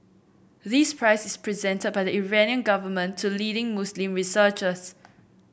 this prize is presented by the Iranian government to leading Muslim researchers